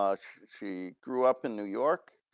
ah she grew up in new york,